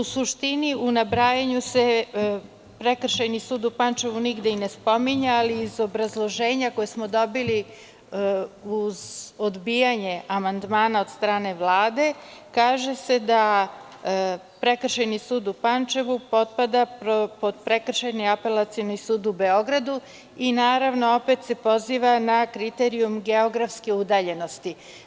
U suštini, u nabrajanju se Prekršajni sud u Pančevu nigde i ne spominje, ali u obrazloženju, koje smo dobili uz odbijanje amandmana od strane Vlade, kaže se da Prekršajni sud u Pančevu potpada pod Prekršajni apelacioni sud u Beogradu i, naravno, opet se poziva na kriterijum geografske udaljenosti.